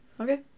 Okay